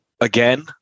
again